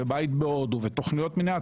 ובית בהודו ותוכניות מנהל,